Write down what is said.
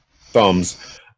thumbs